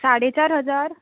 साडे चार हजार